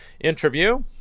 interview